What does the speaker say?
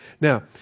Now